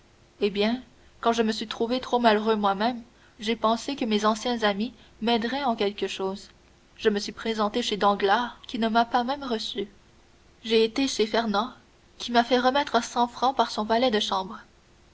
eh bien quand je me suis trouvé trop malheureux moi-même j'ai pensé que mes anciens amis m'aideraient en quelque chose je me suis présenté chez danglars qui ne m'a pas même reçu j'ai été chez fernand qui m'a fait remettre cent francs par son valet de chambre